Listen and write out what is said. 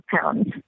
pounds